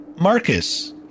Marcus